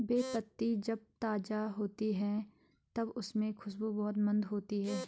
बे पत्ती जब ताज़ा होती है तब उसमे खुशबू बहुत मंद होती है